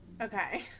Okay